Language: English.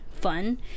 fun